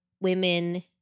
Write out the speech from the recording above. Women